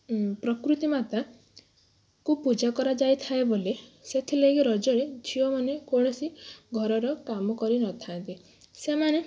ପ୍ରକୃତି ମାତାକୁ ପୂଜା କରାଯାଇଥାଏ ବୋଲି ସେଥିଲାଗି ରଜରେ ଝିଅ ମାନେ କୌଣସି ଘରର କାମ କରି ନ ଥାନ୍ତି ସେମାନେ